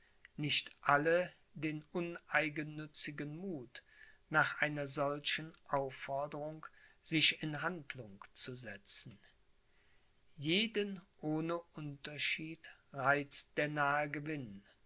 nicht alle den uneigennützigen muth nach einer solchen aufforderung sich in handlung zu setzen jeden ohne unterschied reizt der nahe gewinn